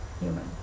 human